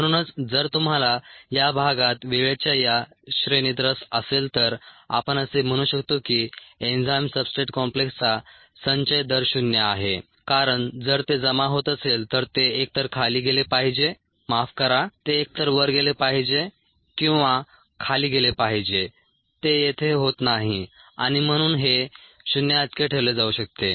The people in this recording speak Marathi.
म्हणूनच जर तुम्हाला या भागात वेळेच्या या श्रेणीत रस असेल तर आपण असे म्हणू शकतो की एन्झाईम सब्सट्रेट कॉम्प्लेक्सचा संचय दर शून्य आहे कारण जर ते जमा होत असेल तर ते एकतर खाली गेले पाहिजे माफ करा ते एकतर वर गेले पाहिजे किंवा खाली गेले पाहिजे ते येथे होत नाही आणि म्हणून हे शून्याइतके ठेवले जाऊ शकते